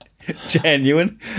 Genuine